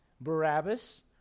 Barabbas